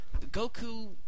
Goku